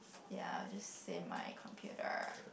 ya I will just say my computer